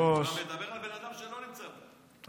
מדבר על בן אדם שלא נמצא פה.